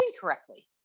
correctly